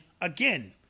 again